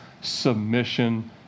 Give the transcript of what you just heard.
submission